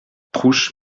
trouche